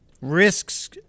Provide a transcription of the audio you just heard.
risks